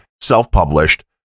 self-published